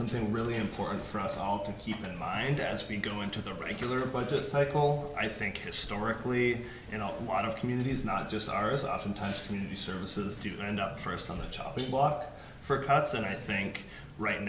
something really important for us all to keep in mind as we go into the regular budget cycle i think historically you know a lot of communities not just ours oftentimes community services do end up first on the chopping block for cuts and i think right